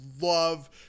love